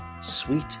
Sweet